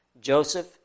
Joseph